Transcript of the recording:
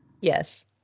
Yes